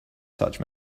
such